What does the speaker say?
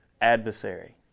adversary